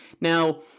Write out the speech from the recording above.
Now